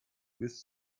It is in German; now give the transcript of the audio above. bis